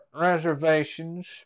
reservations